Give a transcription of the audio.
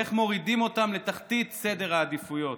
איך מורידים אותם לתחתית סדר העדיפויות,